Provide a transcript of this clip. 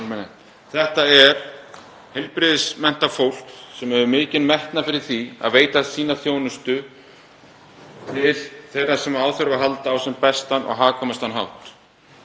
Þetta er heilbrigðismenntað fólk sem hefur mikinn metnað fyrir því að veita sína þjónustu til þeirra sem á þurfa að halda á sem bestan og hagkvæmastan hátt.